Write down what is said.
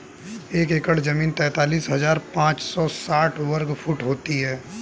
एक एकड़ जमीन तैंतालीस हजार पांच सौ साठ वर्ग फुट होती है